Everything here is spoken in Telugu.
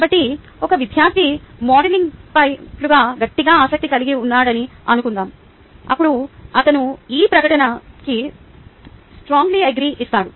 కాబట్టి ఒక విద్యార్థి మోడలింగ్ పట్ల గట్టిగా ఆసక్తి కలిగి ఉన్నాడని అనుకుందాం అప్పుడు అతను ఈ ప్రకటనకి స్త్రొంగ్ల్య్ అగ్రీ ఇస్తాడు